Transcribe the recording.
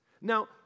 Now